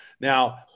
now